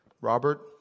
Robert